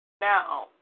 Now